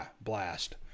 Blast